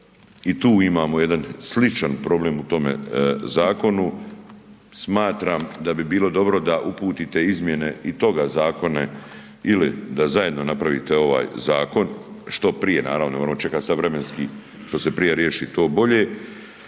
i tu imamo jedan sličan problem u tome zakonu, smatram da bi bilo dobro da uputite izmjene i toga zakona ili da zajedno napravite ovaj zakon što prije, naravno, ono čeka sad vremenski što se prije riješi, to bolje